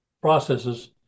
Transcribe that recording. processes